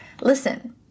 listen